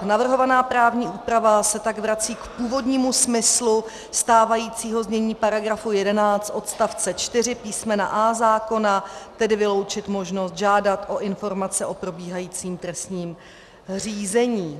Navrhovaná právní úprava se tak vrací k původnímu smyslu stávajícího znění § 11 odst. 4 písm. a) zákona, tedy vyloučit možnost žádat o informace o probíhajícím trestním řízení.